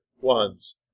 ones